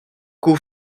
qu’au